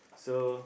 so